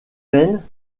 maine